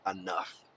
enough